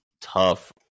tough